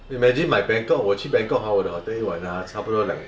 imagine my bangkok 我去 bangkok hor 我的 hotel 一晚 ah 差不多两